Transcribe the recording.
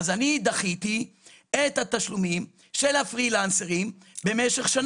אז אני דחיתי את התשלומים של הפרילנסרים במשך שנה.